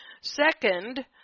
Second